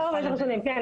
הצטבר במשך השנים, כן.